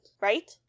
Right